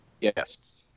Yes